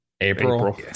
April